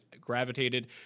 gravitated